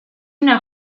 una